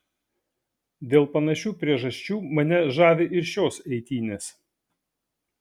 dėl panašių priežasčių mane žavi ir šios eitynės